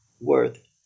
worth